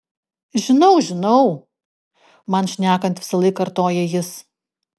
žinau žinau man šnekant visąlaik kartoja jis